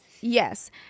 Yes